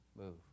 move